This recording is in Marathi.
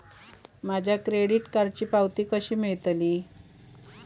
माझ्या क्रेडीट कार्डची पावती कशी मिळतली?